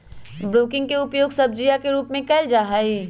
broccoli के उपयोग सब्जीया के रूप में कइल जाहई